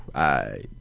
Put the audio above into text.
i,